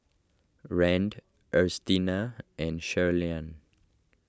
Rand Ernestina and Shirleyann